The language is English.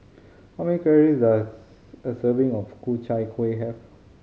how many calories does a serving of Ku Chai Kuih have